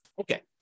okay